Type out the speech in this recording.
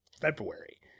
February